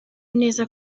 neza